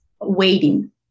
waiting